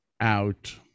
out